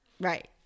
right